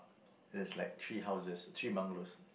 there's like three houses three bungalows